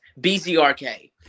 BZRK